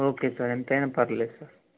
okay sir ఎంతైనా పర్వాలేదు sir